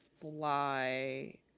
fly